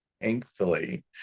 Thankfully